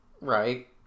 Right